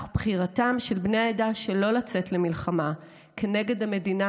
אך בחירתם של בני העדה שלא לצאת למלחמה נגד המדינה